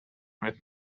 with